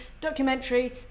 Documentary